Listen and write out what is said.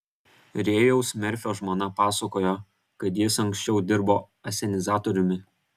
rėjaus merfio žmona pasakojo kad jis anksčiau dirbo asenizatoriumi